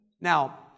Now